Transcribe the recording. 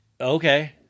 Okay